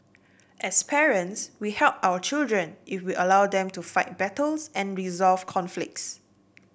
as parents we help our children if we allow them to fight battles and resolve conflicts